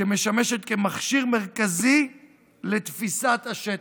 שמשמשת כמכשיר מרכזי לתפיסת השטח.